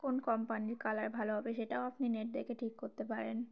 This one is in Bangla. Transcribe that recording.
কোন কোম্পানির কালার ভালো হবে সেটাও আপনি নেট দেখে ঠিক করতে পারেন